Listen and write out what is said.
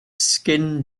skin